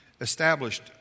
established